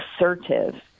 assertive